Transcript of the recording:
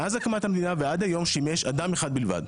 מאז הקמת המדינה ועד היום, שימש אדם אחד בלבד,